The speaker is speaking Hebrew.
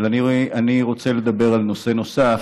אבל אני רוצה לדבר על נושא נוסף,